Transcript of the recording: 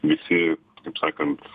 visi kaip sakant